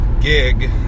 gig